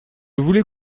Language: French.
voulais